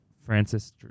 Francis